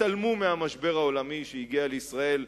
שהתעלמו מהמשבר העולמי שהגיע לישראל,